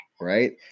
right